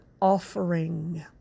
offering